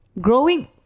growing